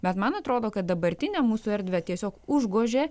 bet man atrodo kad dabartinę mūsų erdvę tiesiog užgožia